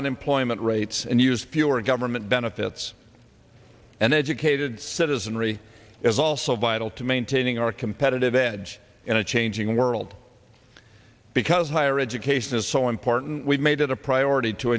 unemployment rates and use fewer government benefits an educated citizenry is also vital to maintaining our competitive edge in a changing world because higher education is so important we made it a priority to